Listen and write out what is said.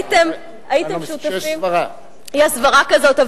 יש סברה כזאת.